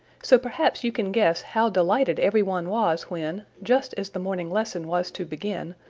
so perhaps you can guess how delighted every one was when, just as the morning lesson was to begin,